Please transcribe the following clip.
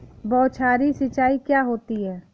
बौछारी सिंचाई क्या होती है?